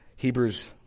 Hebrews